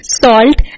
salt